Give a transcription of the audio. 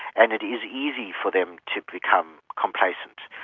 and it is easy for them to become complacent.